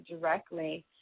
directly